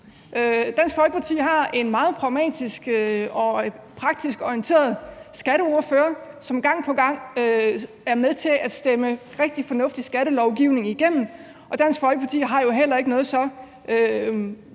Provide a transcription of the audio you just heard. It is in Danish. Dansk Folkeparti har en meget pragmatisk og praktisk orienteret skatteordfører, som gang på gang er med til at stemme rigtig fornuftig skattelovgivning igennem, og Dansk Folkeparti har jo heller ikke noget så